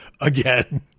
again